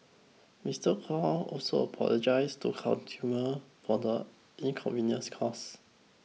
Mister Kong also apologised to consumer for the inconvenience caused